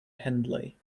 hendley